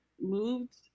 moved